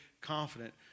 confident